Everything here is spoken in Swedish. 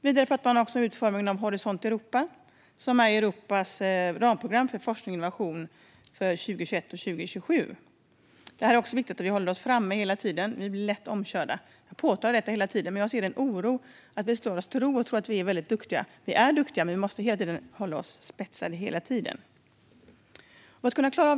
Vidare talades det om utformningen av Horisont Europa, som är Europas ramprogram för forskning och innovation 2021-2027. Här är det viktigt att vi håller oss framme, annars blir vi lätt omkörda. Att jag påpekar detta hela tiden beror på att jag är orolig för att vi tror att vi är duktiga nog. Vi är duktiga, men vi måste hela tiden spetsa till oss.